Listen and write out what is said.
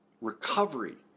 recovery